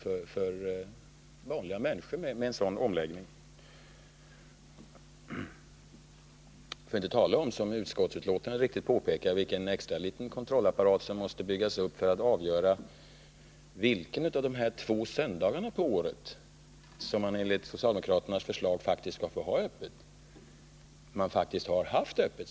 Och det blir dyrt för vanliga människor med en sådan omläggning, för att inte tala om den extra lilla kontrollapparat som utskottet så riktigt påpekar måste byggas ut för att avgöra vilka av de två söndagar under året som affärerna enligt socialdemokraternas förslag skall få ha öppet och som de faktiskt har haft öppet.